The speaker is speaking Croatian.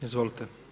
Izvolite.